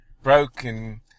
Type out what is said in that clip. Broken